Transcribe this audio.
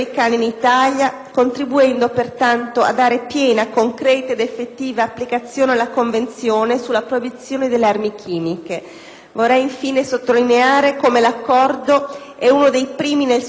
Vorrei infine sottolineare come l'Accordo sia uno dei primi nel suo genere e rappresenti quindi un esempio anche per altri Paesi aderenti alla Convenzione di Parigi, al quale potranno ispirarsi.